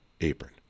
apron